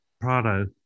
Prado